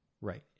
Right